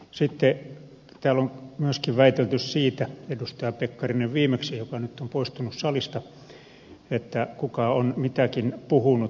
täällä on myöskin väitelty siitä viimeksi edustaja pekkarinen joka nyt on poistunut salista kuka on mitäkin puhunut